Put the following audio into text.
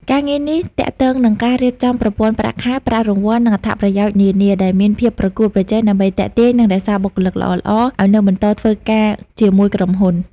ការងារនេះទាក់ទងនឹងការរៀបចំប្រព័ន្ធប្រាក់ខែ ប្រាក់រង្វាន់ និងអត្ថប្រយោជន៍នានា ដែលមានភាពប្រកួតប្រជែង ដើម្បីទាក់ទាញ និងរក្សាបុគ្គលិកល្អៗឱ្យនៅបន្តធ្វើការជាមួយក្រុមហ៊ុន។